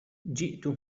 جئت